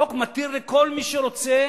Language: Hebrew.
החוק מתיר לכל מי שרוצה